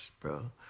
Bro